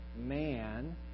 man